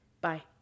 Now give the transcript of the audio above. Bye